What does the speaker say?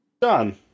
done